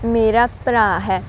ਮੇਰਾ ਭਰਾ ਹੈ